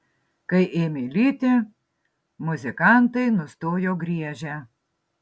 kai ėmė lyti muzikantai nustojo griežę